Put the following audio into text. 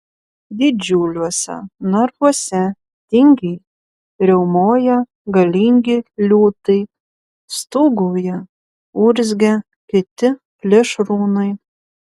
didžiuliuose narvuose tingiai riaumoja galingi liūtai stūgauja urzgia kiti plėšrūnai